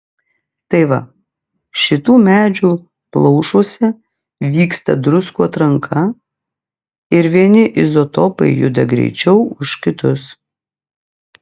tai va šitų medžių plaušuose vyksta druskų atranka ir vieni izotopai juda greičiau už kitus